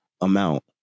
amount